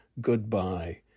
goodbye